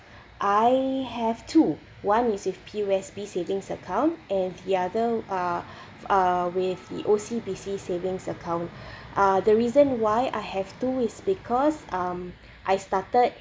I have two one is with P_O_S_B savings account and the other uh uh with the O_C_B_C savings account uh the reason why I have two is because um I started